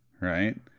right